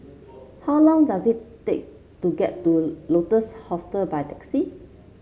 how long does it take to get to Lotus Hostel by taxi